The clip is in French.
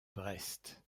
brest